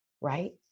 right